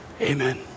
Amen